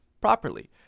properly